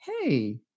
Hey